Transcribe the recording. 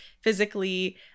physically